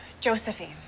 Josephine